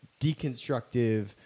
deconstructive